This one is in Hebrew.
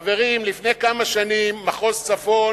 חברים, לפני כמה שנים מחוז צפון